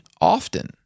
often